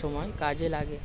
সময়ে কাজে লাগে